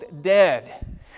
dead